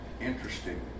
interesting